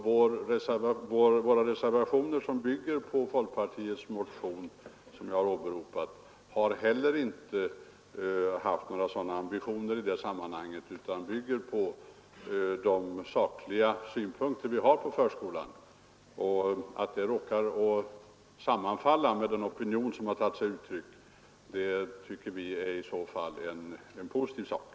Våra reservationer, som bygger på folkpartiets motion 1973:2019 som jag har åberopat, har heller inte haft några sådana ambitioner utan är grundade på de sakliga synpunkter vi har på förskolan. Att de råkar sammanfalla med den opinion som har tagit sig märkbara och mäktiga uttryck tycker vi i så fall är en positiv sak.